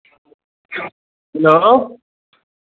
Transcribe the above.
hello